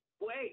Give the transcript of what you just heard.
Wait